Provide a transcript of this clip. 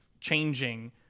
changing